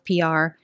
PR